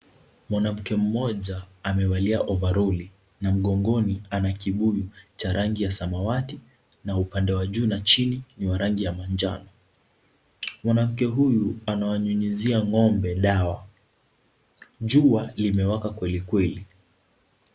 Mwanamke mmoja amevalia ovaroli na mgongoni ana kibuyu cha rangi ya samawati, na upande wa juu na chini ni wa rangi ya manjano. Mwanamke huyu anawanyunyuzia ng'ombe dawa. Jua limewaka kweli kweli.